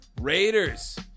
Raiders